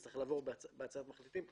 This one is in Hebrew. זה צריך לעבור בהצעת מחליטים,